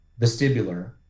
vestibular